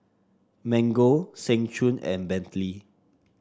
Mango Seng Choon and Bentley